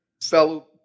fellow